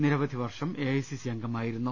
നിരവധി വർഷം A I C C അംഗമായിരുന്നു